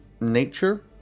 nature